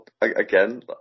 again